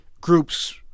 groups